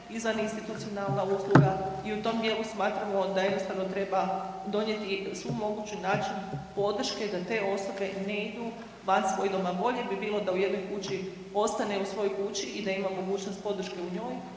izvaninstitucionalna usluga i u tom djelu smatramo da jednostavno treba donijeti sav mogući način podrške da te osobe ne idu van svoga doma. Bolje bi bilo da u jednoj kući ostane i da ima mogućnost podrške u njoj